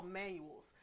manuals